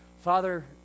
Father